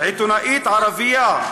עיתונאית ערבייה,